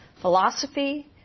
philosophy